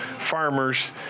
farmers